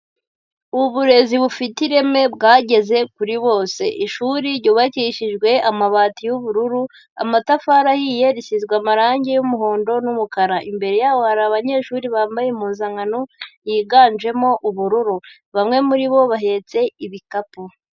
Uburezi bufite ireme bwageze kuri bose. Ishuri ryubakishijwe amabati y'ubururu, amatafari ahiye, rishyizwe amarange y'umuhondo n'umukara. Imbere yaho hari abanyeshuri bambaye impuzankano yiganjemo ubururu. Bamwe muri bo bahetse ibikapu.